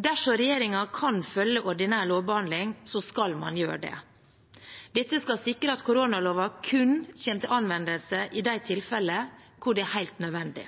Dersom regjeringen kan følge ordinær lovbehandling, skal man gjøre det. Dette skal sikre at koronaloven kun kommer til anvendelse i de tilfeller der det er helt nødvendig.